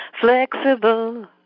flexible